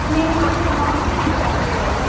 நீங்கள் அன்னைக்கு மார்னிங் நாங்கள் பண்ணிவிடுவோம்